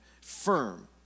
firm